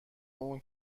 اون